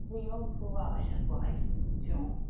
guillaume fourage and wife jeanne,